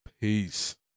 Peace